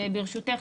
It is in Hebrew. ברשותך,